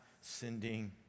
sending